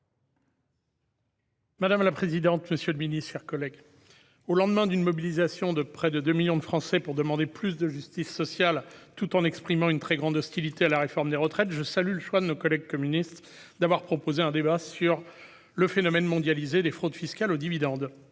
Madame la présidente, monsieur le ministre, mes chers collègues, au lendemain de la mobilisation de près de deux millions de Français pour demander plus de justice sociale tout en exprimant une très grande hostilité à la réforme des retraites, je salue le choix de nos collègues du groupe communiste d'avoir proposé un débat sur le phénomène mondialisé des fraudes fiscales aux dividendes.